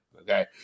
Okay